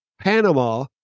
Panama